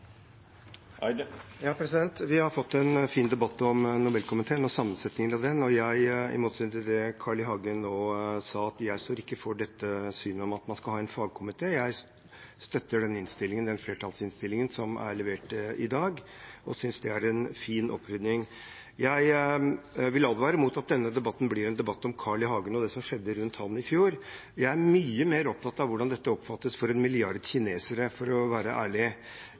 Vi har fått en fin debatt om Nobelkomiteen og sammensetningen av den, og jeg – i motsetning til det Carl I. Hagen nå sa – står ikke for dette synet at man skal ha en fagkomité. Jeg støtter den flertallsinnstillingen som er levert i dag, og synes det er en fin opprydning. Jeg vil advare mot at denne debatten blir en debatt om Carl I. Hagen og det som skjedde rundt ham i fjor. Jeg er mye mer opptatt av hvordan dette oppfattes for en milliard kinesere, for å være ærlig.